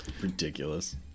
Ridiculous